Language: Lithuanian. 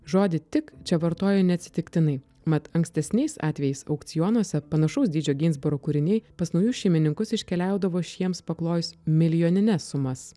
žodį tik čia vartoju neatsitiktinai mat ankstesniais atvejais aukcionuose panašaus dydžio ginsburo kūriniai pas naujus šeimininkus iškeliaudavo šiems paklojus milijonines sumas